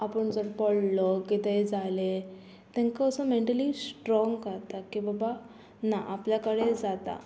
आपूण जर पडलो कितेंय जालें तेंकां असो मेंटली स्ट्रोंग करता की बाबा ना आपल्या कडेन जाता